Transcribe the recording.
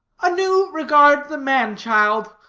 anew regard the man-child,